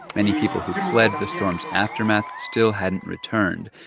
many people who fled the storm's aftermath still hadn't returned.